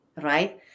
Right